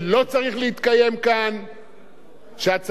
שהצעת החוק היא הצעה נכונה, ראויה,